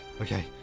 Okay